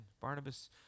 Barnabas